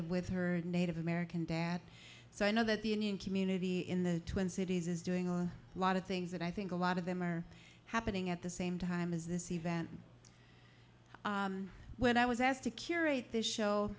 of with her native american dad so i know that the indian community in the twin cities is doing a lot of things that i think a lot of them are happening at the same time as this event when i was asked to curate this show